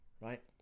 right